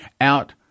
out